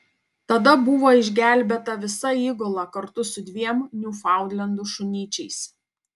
tada buvo išgelbėta visa įgula kartu su dviem niufaundlendų šunyčiais